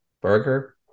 Burger